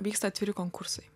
vyksta atviri konkursai